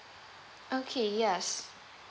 okay yes